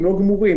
לא גמורים,